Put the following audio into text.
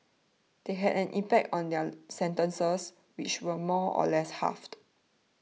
that had an impact on their sentences which were more or less halved